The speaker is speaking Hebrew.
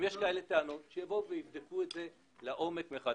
אם יש כאלו טענות שיבואו ויבדקו את זה לעומק מחדש.